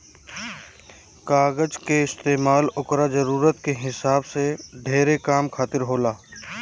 कागज के इस्तमाल ओकरा जरूरत के हिसाब से ढेरे काम खातिर होला